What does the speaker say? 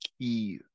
key